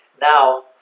now